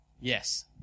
Yes